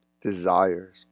desires